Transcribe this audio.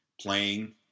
playing